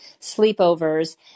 sleepovers